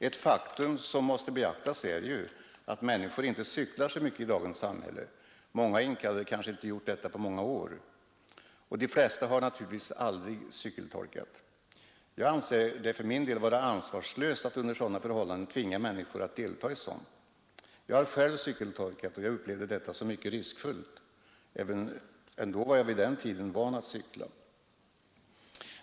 Ett faktum som måste beaktas är ju att människor inte cyklar så mycket i dagens samhälle många inkallade har kanske inte gjort detta på många år. Och de flesta har naturligtvis aldrig cykeltolkat. Jag anser det vara ansvarslöst att under dessa förhållanden tvinga människor att delta i sådant. Jag har själv cykeltolkat, och jag upplevde detta som mycket riskfyllt. Ändå var jag vid den tiden van att cykla.